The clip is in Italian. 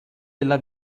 della